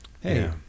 hey